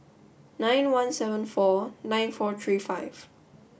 nine one seven our nine four three five